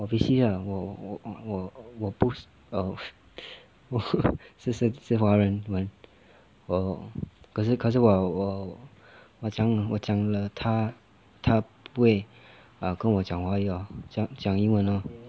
obviously lah 我我我不额不是是是华人嘛我可是可是我我讲讲了他他不会 err 跟我讲华语 lor 讲讲英文 lor